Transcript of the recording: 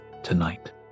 tonight